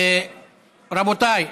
רבותיי,